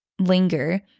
linger